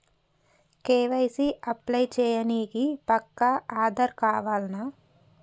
KYC apply చేయనీకి పక్కా ఆధార్ కావాల్నా?